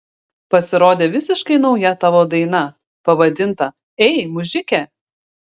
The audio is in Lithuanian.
pasirodė visiškai nauja tavo daina pavadinta ei mužike